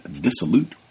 dissolute